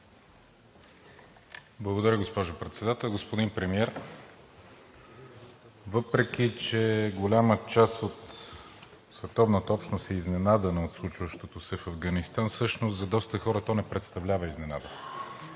Благодаря, госпожо Председател. Господин Премиер, въпреки че голяма част от световната общност е изненадана от случващото се в Афганистан, всъщност за доста хора то не представлява изненада.